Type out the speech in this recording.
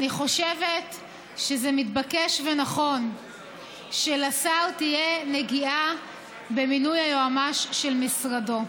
אני חושבת שזה מתבקש ונכון שלשר תהיה נגיעה במינוי היועמ"ש של משרדו.